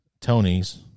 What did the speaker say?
Tony's